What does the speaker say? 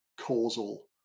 causal